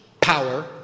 power